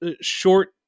short